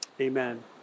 amen